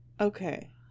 Okay